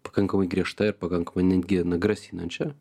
pakankamai griežta ir pakankamai netgi na grasinančia